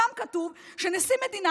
שם כתוב שנשיא מדינה,